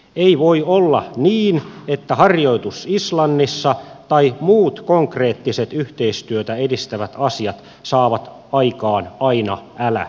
ei voi olla niin että harjoitus islannissa tai muut konkreettiset yhteistyötä edistävät asiat saavat aikaan aina älämölön